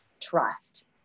trust